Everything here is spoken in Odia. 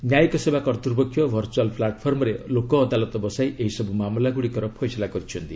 ନ୍ୟାୟିକ ସେବା କର୍ତ୍ତୃପକ୍ଷ ଭର୍ଚୁଆଲ୍ ପ୍ଲାଟଫର୍ମରେ ଲୋକଅଦାଲତ ବସାଇ ଏହି ସବୁ ମାମଲାଗୁଡ଼ିକର ଫଇସଲା କରିଛନ୍ତି